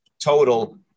total